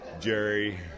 Jerry